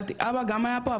אבא גם היה פה,